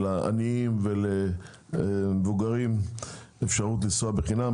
לעניין ולמבוגרים אפשרות לנסוע בחינם.